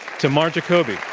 tamar jacoby.